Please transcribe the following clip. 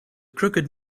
crooked